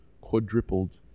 quadrupled